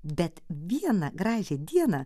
bet vieną gražią dieną